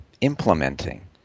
implementing